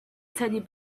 teddy